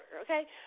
okay